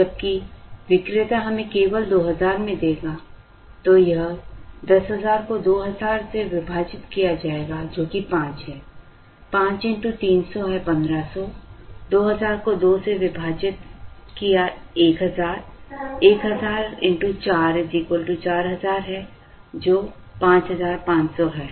जबकि विक्रेता हमें केवल 2000 में देगा तो यह 10000 को 2000 से विभाजित किया जाएगा जो कि 5 है 5 x 300 है 1500 2000 को 2 से विभाजित 1000 है 1000 x 4 4000 है जो 5500 है